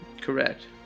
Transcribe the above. Correct